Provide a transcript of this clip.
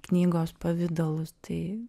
knygos pavidalus tai